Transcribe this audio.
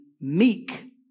meek